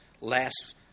last